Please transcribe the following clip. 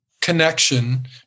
connection